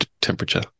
temperature